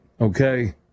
Okay